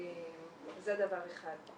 זה דבר אחד.